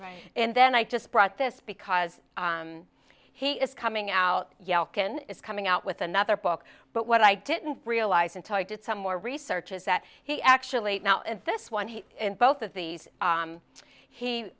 right and then i just brought this because he is coming out ya'll can is coming out with another book but what i didn't realize until i did some more research is that he actually now in this one he in both of these